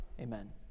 Amen